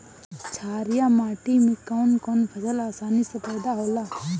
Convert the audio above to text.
छारिया माटी मे कवन कवन फसल आसानी से पैदा होला?